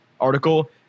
article